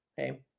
okay